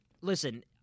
listen